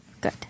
Good